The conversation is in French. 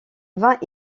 vingt